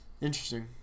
Interesting